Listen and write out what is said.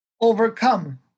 overcome